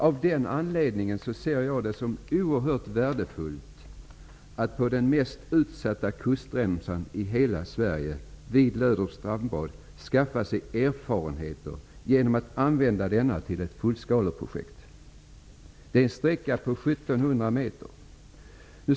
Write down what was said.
Av den anledningen ser jag det som oerhört värdefullt att man på den mest utsatta kustremsan i hela Sverige, vid Löderups strandbad, skaffar sig erfarenheter genom att använda den för ett fullskaleprojekt. Det är en sträcka på 1.700 meter.